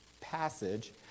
passage